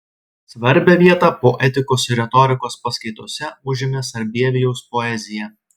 svarbią vietą poetikos ir retorikos paskaitose užėmė sarbievijaus poezija